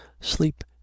sleep